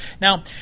Now